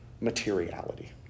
materiality